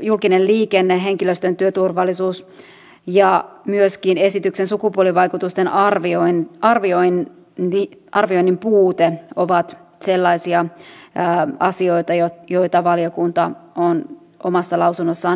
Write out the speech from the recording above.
julkinen liikenne henkilöstön työturvallisuus ja myöskin esityksen sukupuolivaikutusten arvioinnin puute ovat sellaisia asioita joita valiokunta on omassa lausunnossaan esiin tuonut